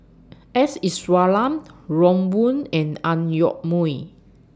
S Iswaran Ron Wong and Ang Yoke Mooi